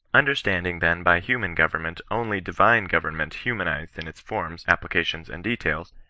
understanding then by human government only divine government hutnanized in its forms, applications, and details,